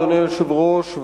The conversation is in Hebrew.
אדוני היושב-ראש,